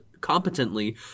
competently